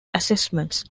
assessments